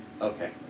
Okay